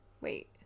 Wait